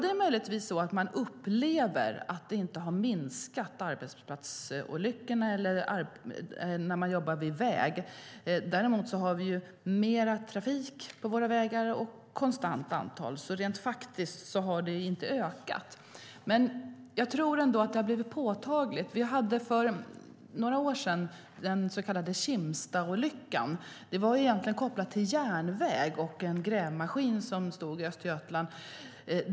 Det är möjligt att man upplever att antalet arbetsplatsolyckor vid vägarbeten inte har minskat. Däremot har vi mer trafik på våra vägar och ett konstant antal olyckor. Rent faktiskt har antalet olyckor inte ökat. Men jag tror ändå att detta har blivit påtagligt. För några år sedan hade vi den så kallade Kimstadsolyckan i Östergötland. Den var egentligen kopplad till järnväg, och det var en grävmaskin inblandad.